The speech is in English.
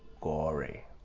gory